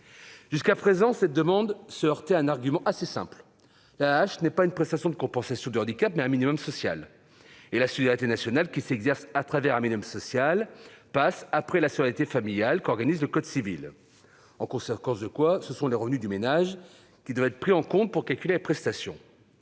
Jusqu'à présent, cette demande se heurtait à un argument assez simple : l'AAH n'est pas une prestation de compensation du handicap, mais un minimum social, et la solidarité nationale qui s'exerce à travers un minimum social passe après la solidarité familiale qu'organise le code civil. En conséquence de quoi, ce sont les revenus du ménage qui doivent être pris en compte pour calculer la prestation.